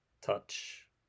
touch